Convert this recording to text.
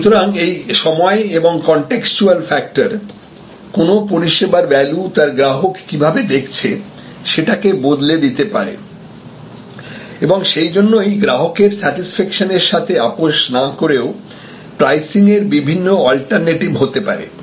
সুতরাং এই সময় এবং কন্টেক্সটুয়াল ফ্যাক্টর কোন পরিষেবার ভ্যালু তার গ্রাহক কিভাবে দেখছে সেটাকে বদলে দিতে পারে এবং সেই জন্যই গ্রাহকের স্যাটিসফ্যাকশন এর সাথে আপস না করেও প্রাইসিংয়ের বিভিন্ন অল্টারনেটিভ হতে পারে